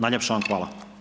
Najljepša vam hvala.